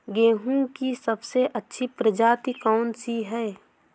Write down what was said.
गेहूँ की सबसे अच्छी प्रजाति कौन सी है?